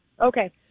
Okay